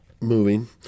moving